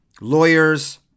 lawyers